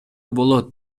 болот